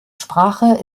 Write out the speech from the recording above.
sprache